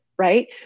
Right